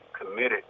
committed